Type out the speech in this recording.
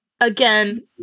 again